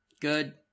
Good